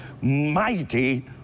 mighty